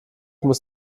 muss